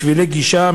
בשבילי גישה,